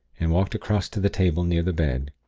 and walked across to the table near the bed.